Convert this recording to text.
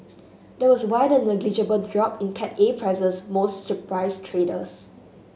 that was why the negligible drop in Cat A prices most surprised traders